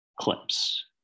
clips